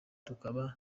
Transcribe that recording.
tukaba